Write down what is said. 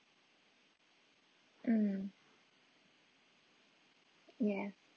mm ya